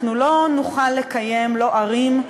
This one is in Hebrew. אנחנו לא נוכל לקיים לא ערים,